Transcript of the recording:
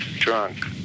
drunk